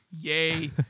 Yay